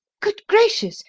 good gracious!